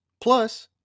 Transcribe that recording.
Plus